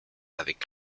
avec